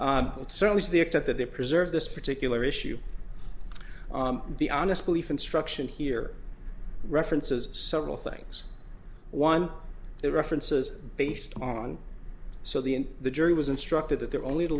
but certainly to the extent that they preserve this particular issue the honest belief instruction here references several things one the reference is based on so the in the jury was instructed that they're only to